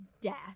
death